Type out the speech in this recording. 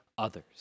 others